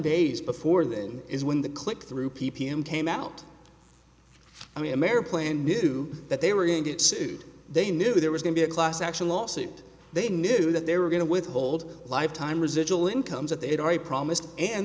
days before that is when the clickthrough p p m came out i mean a mare plane knew that they were going to get sued they knew there was going be a class action lawsuit they knew that they were going to withhold lifetime residual income that they had already promised and